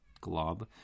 glob